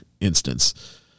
instance